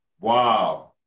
Wow